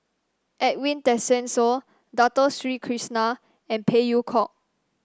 Edwin Tessensohn Dato Sri Krishna and Phey Yew Kok